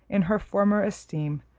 in her former esteem,